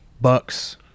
Bucks